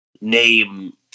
name